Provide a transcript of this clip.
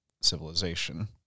civilization